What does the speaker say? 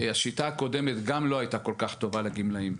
השיטה הקודמת גם לא הייתה כל כך טובה לגמלאים.